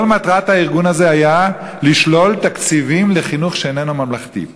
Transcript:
כל מטרת הארגון הזה הייתה לשלול תקציבים לחינוך שאיננו ממלכתי.